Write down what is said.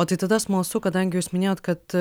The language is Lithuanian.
o tai tada smalsu kadangi jūs minėjot kad